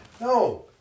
no